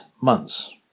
months